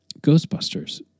Ghostbusters